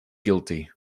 guilty